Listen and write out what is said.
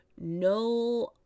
no